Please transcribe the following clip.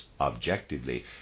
objectively